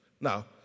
Now